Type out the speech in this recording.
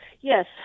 Yes